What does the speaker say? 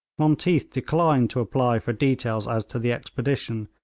monteath declined to apply for details as to the expedition,